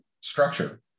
structure